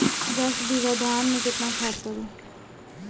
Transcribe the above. दस बिघा धान मे केतना खाद परी?